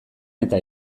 eta